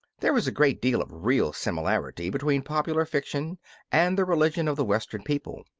there is a great deal of real similarity between popular fiction and the religion of the western people.